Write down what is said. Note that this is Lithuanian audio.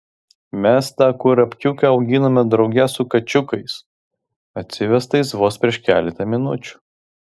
mes tą kurapkiuką auginome drauge su kačiukais atsivestais vos prieš keletą minučių